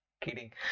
kidding